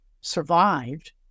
survived